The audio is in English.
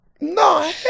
No